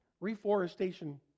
Reforestation